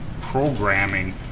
programming